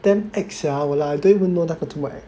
damn ex sia 我 like don't even know 那么 ex